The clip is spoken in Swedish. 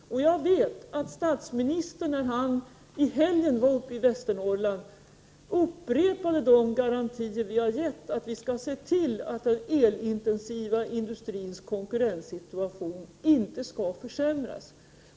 När statsministern i helgen var uppe i Västernorrland, upprepade han de garantier vi har gett — att vi skall se till att den elintensiva industrins konkurrenssituation inte skall försämras.